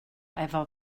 efo